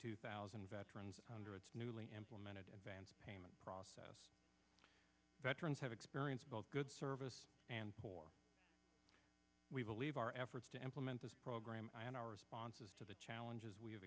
two thousand veterans hundreds of newly implemented advanced payment process veterans have experienced both good service and poor we believe our efforts to implement this program and our responses to the challenges we have